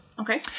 Okay